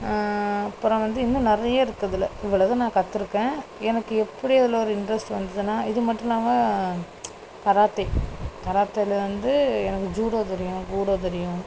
அப்புறம் வந்து இன்னும் நிறைய இருக்கு இதில் இவ்வளது நான் கற்றுருக்கேன் எனக்கு எப்படி அதில் ஒரு இன்ட்ரஸ்ட் வந்ததுன்னா இது மட்டும் இல்லாமல் கராத்தே கராத்தேவில வந்து எனக்கு ஜூடோ தெரியும் கூடோ தெரியும்